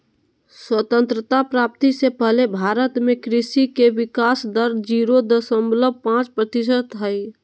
स्वतंत्रता प्राप्ति से पहले भारत में कृषि के विकाश दर जीरो दशमलव पांच प्रतिशत हई